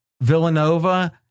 Villanova